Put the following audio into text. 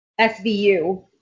SVU